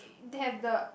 they have the